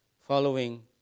following